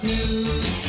News